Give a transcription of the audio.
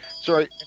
sorry